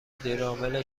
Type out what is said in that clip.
مدیرعامل